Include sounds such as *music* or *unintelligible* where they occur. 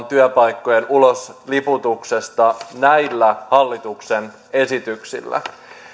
*unintelligible* työpaikkojen ulosliputuksesta näillä hallituksen esityksillä